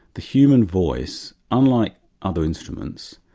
the human voice, unlike other instruments,